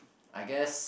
I guess